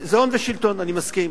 זה הון ושלטון, אני מסכים.